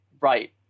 right